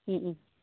ᱦᱩᱸᱜᱼᱩ